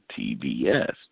TBS